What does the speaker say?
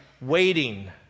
waiting